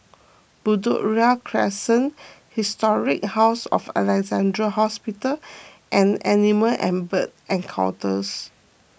Bedok Ria Crescent Historic House of Alexandra Hospital and Animal and Bird Encounters